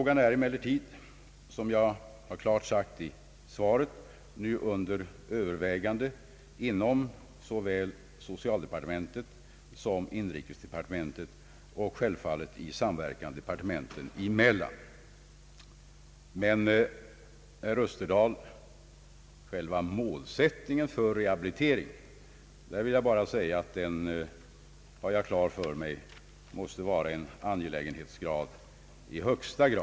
Som jag klart uttalade i mitt svar är den under övervägande inom såväl socialdepartementet som inrikesdepartementet — självfallet i samverkan departementen emellan. Men, herr Österdahl, jag vill understryka att målsättningen för rehabiliteringen är en fråga av stor angelägenhetsgrad.